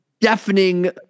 deafening